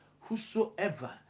whosoever